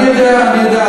אני יודע, אני יודע.